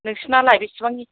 नोंसिनालाय बिसिबांनि